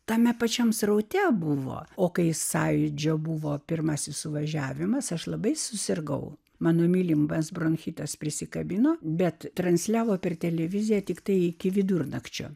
tame pačiam sraute buvo o kai sąjūdžio buvo pirmasis suvažiavimas aš labai susirgau mano mylimas bronchitas prisikabino bet transliavo per televiziją tiktai iki vidurnakčio